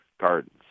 gardens